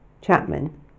Chapman